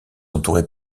entouré